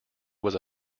was